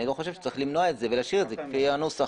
אני לא חושב שצריך למנוע את זה ולהשאיר את זה כפי הנוסח.